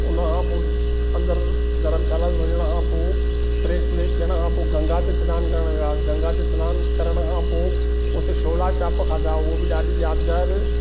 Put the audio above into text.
उनखां पोइ अंदरु धर्मशाला में वञण खां पोइ फ्रैश ब्रैश थियण खां पोइ गंगा ते सनानु करणु वियासीं गंगा ते सनानु करण खां पोइ हुते छोला चाप खाधा उहो बि ॾाढी यादिगारु